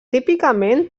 típicament